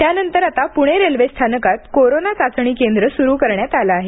त्यानंतर आता पुणे रेल्वे स्थानकात कोरोना चाचणी केंद्र सुरु करण्यात आलं आहे